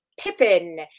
Pippin